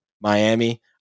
Miami